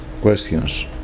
Questions